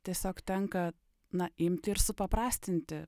tiesiog tenka na imti ir supaprastinti